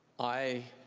i